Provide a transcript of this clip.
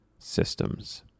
systems